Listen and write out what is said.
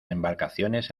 embarcaciones